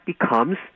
becomes